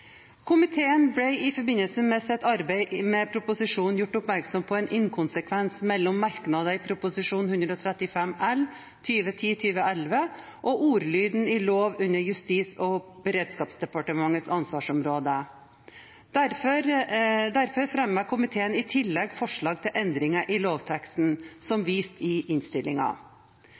Komiteen ble i forbindelse med sitt arbeid med proposisjonen gjort oppmerksom på en inkonsekvens mellom merknad i Prop. 135 L for 2010–2011 og ordlyden i lov under Justis- og beredskapsdepartementets ansvarsområde. Derfor fremmer komiteen i tillegg forslag til endringer i lovteksten som vist i